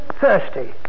Thirsty